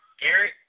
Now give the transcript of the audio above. Garrett